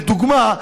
לדוגמה,